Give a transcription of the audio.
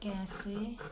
कैसे